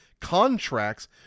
contracts